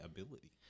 ability